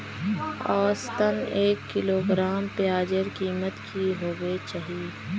औसतन एक किलोग्राम प्याजेर कीमत की होबे चही?